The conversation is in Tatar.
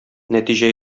нәтиҗә